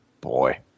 Boy